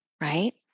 right